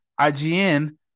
IGN